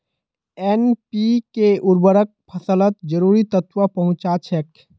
NPK उर्वरक फसलत जरूरी तत्व पहुंचा छेक